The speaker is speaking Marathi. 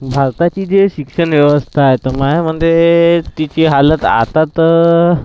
भारताची जी शिक्षणव्यवस्था आहे तर माझ्या मते तिची हालत आता तर